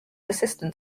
assistant